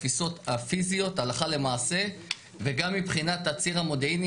התפיסות הפיזיות הלכה למעשה וגם מבחינת הציר המודיעיני.